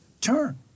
Turn